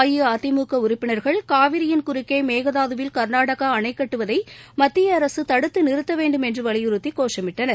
அஇஅதிமுக உறப்பினர்கள் காவிரியின் குறுக்கே மேகதாதுவில் கர்நாடகா அணைக் கட்டுவதை மத்திய அரசு தடுத்து நிறுத்த வேண்டும் என்று வலியுறுத்தி கோஷமிட்டனர்